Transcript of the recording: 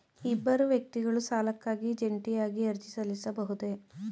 ಇಬ್ಬರು ವ್ಯಕ್ತಿಗಳು ಸಾಲಕ್ಕಾಗಿ ಜಂಟಿಯಾಗಿ ಅರ್ಜಿ ಸಲ್ಲಿಸಬಹುದೇ?